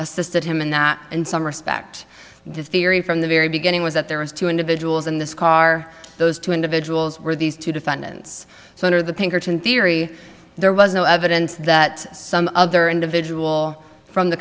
assisted him in that in some respect the theory from the very beginning was that there was two individuals in this car those two individuals were these two defendants so under the pinkerton theory there was no evidence that some other individual from the